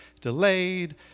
delayed